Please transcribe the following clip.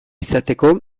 izateko